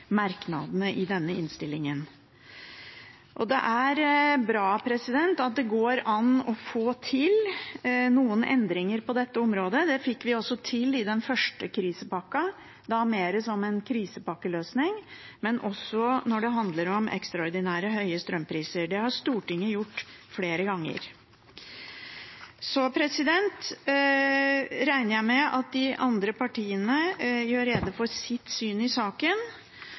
merknadene i denne innstillingen. Det er bra at det går an å få til noen endringer på dette området. Det fikk vi også til i den første krisepakken, da mer som en krisepakkeløsning, men også når det handler om ekstraordinært høye strømpriser. Det har Stortinget gjort flere ganger. Så regner jeg med at de andre partiene gjør rede for sitt syn i saken.